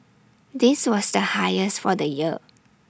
this was the highest for the year